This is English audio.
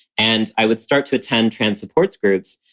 and i would start to attend trans support groups.